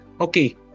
okay